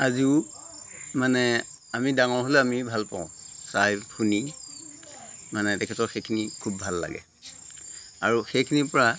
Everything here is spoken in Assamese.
আজিও মানে আমি ডাঙৰ হ'লেও আমি ভাল পাওঁ চাই শুনি মানে তেখেতৰ সেইখিনি খুব ভাল লাগে আৰু সেইখিনিৰ পৰা